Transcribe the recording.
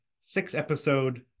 six-episode